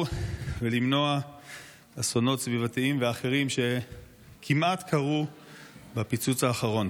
ולמנוע אסונות סביבתיים ואחרים שכמעט קרו בפיצוץ האחרון?